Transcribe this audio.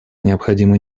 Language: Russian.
необходимо